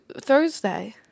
Thursday